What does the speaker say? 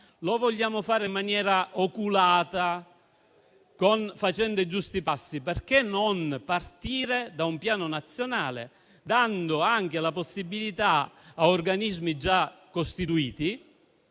Lo vogliamo fare in maniera oculata, facendo i giusti passi? Perché non partire da un Piano nazionale, dando la possibilità a organismi già costituiti